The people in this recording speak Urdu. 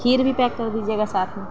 کھیر بھی پیک کر دیجیے گا ساتھ میں